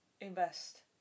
invest